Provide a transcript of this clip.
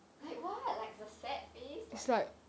like what like it's a sad face like